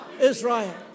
Israel